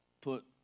put